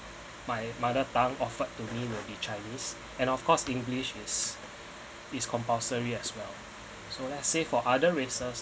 my mother tongue offered to me may be chinese and of course english is is compulsory as well so let's say for other races